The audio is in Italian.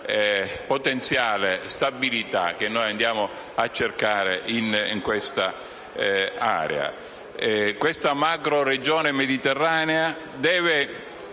potenziale stabilità che noi andiamo a cercare in quell'area. Questa macroregione mediterranea deve